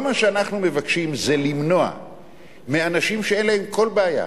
כל מה שאנחנו מבקשים זה למנוע מאנשים שאין להם כל בעיה